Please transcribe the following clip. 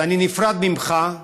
אז אני נפרד ממך,